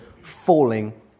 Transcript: falling